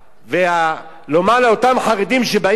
ולומר לאותם חרדים שבאים להתגייס באמת,